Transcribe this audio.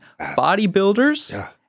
Bodybuilders